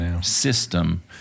system